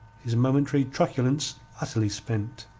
his momentary truculence utterly spent.